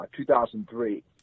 2003